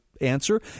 answer